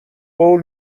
قول